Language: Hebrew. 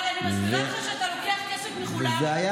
אבל אני מסבירה לך שאתה לוקח כסף מכולם וגם